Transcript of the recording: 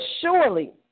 surely